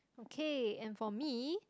okay and for me